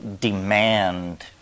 demand